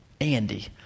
Andy